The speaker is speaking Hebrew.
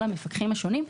על המפקחים השונים,